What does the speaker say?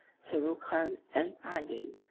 sarukhan and aidin,